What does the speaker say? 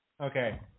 Okay